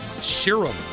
serum